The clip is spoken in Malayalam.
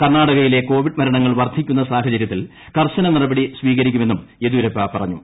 കർണാടകയിലെ കോവിഡ് മരണങ്ങൾ വർദ്ധിക്കുന്ന സാഹചര്യത്തിൽ കർശന നടപടി സ്വീകരിക്കുമെന്നും യദ്യൂരപ്പ പറഞ്ഞു